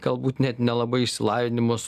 galbūt net nelabai išsilavinimas